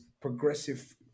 progressive